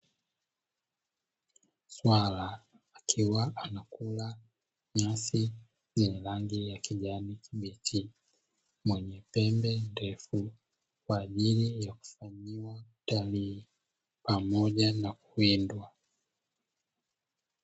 Swala akiwa anakula nyasi zenye rangi ya kijani kibichi, mwenye pembe ndefu kwa ajili kufanyiwa utalii pamoja na kuwindwa.